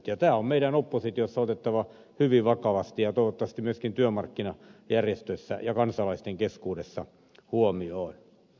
tämä on meidän oppositiossa otettava hyvin vakavasti ja toivottavasti otetaan myöskin työmarkkinajärjestöissä ja kansalaisten keskuudessa huomioon